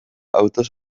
autoz